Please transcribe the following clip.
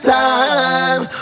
time